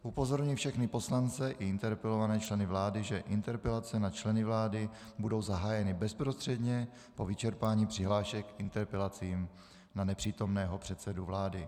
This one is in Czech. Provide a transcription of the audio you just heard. Upozorňuji všechny poslance i interpelované členy vlády, že interpelace na členy vlády budou zahájeny bezprostředně po vyčerpání přihlášek k interpelacím na nepřítomného předsedu vlády.